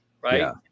right